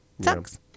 Sucks